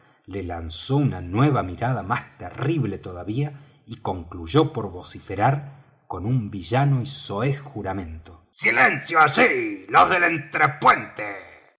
le lanzó una nueva mirada más terrible todavía y concluyó por vociferar con un villano y soez juramento silencio allí los del